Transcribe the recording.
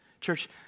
Church